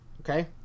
okay